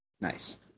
Nice